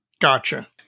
Gotcha